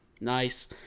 Nice